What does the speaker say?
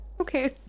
Okay